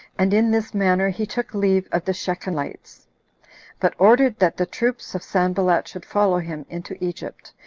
and in this manner he took leave of the shechemites but ordered that the troops of sanballat should follow him into egypt,